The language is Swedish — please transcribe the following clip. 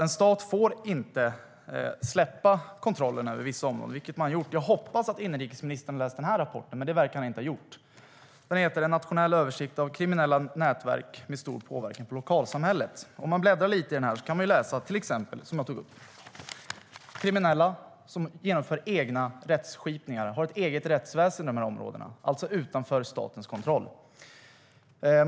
En stat får inte släppa kontrollen över vissa områden, vilket man har gjort. Jag hoppas att inrikesministern har läst den rapport som jag håller i min hand. Men det verkar han inte ha gjort. Den heter En nationell översikt av kriminella nätverk med stor påverkan i lokalsamhället . Om man bläddrar lite i den kan man till exempel läsa om, vilket jag tog upp förut, kriminella som genomför egen rättsskipning och har ett eget rättsväsen i de här områdena, utan statens kontroll.